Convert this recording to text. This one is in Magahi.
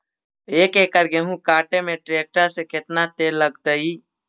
एक एकड़ गेहूं काटे में टरेकटर से केतना तेल लगतइ?